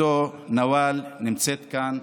אשתו נוואל נמצאת כאן,